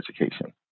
education